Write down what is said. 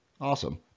Awesome